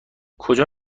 کجا